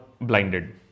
blinded